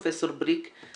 פרופ' בריק,